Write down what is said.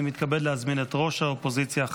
אני מתכבד להזמין את ראש האופוזיציה,